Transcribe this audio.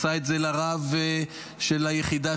עשה את זה לרב של היחידה,